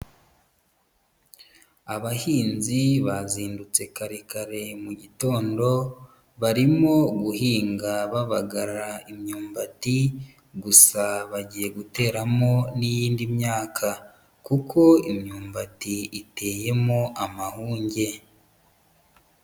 Abahinzi bazindutse kare kare mu gitondo, barimo guhinga babagara imyumbati, gusa bagiye guteramo n'iyindi myaka kuko imyumbati iteyemo amahunge.